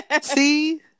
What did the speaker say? see